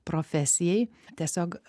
profesijai tiesiog